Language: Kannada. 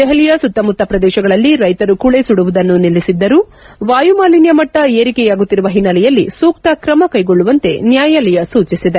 ದೆಹಲಿಯ ಸುತ್ತಮುತ್ತ ಪ್ರದೇಶಗಳಲ್ಲಿ ರ್ಲೆತರು ಕೂಳೆ ಸುಡುವುದನ್ನು ನಿಲ್ಲಿಸಿದ್ದರೂ ವಾಯುಮಾಲಿನ್ನ ಮಟ್ನ ಏರಿಕೆಯಾಗುತ್ತಿರುವ ಹಿನ್ನೆಲೆಯಲ್ಲಿ ಸೂಕ್ತ ಕ್ರಮ ಕ್ಲೆಗೊಳ್ಲುವಂತೆ ನ್ಹಾಯಾಲಯ ಸೂಚಿಸಿದೆ